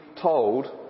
told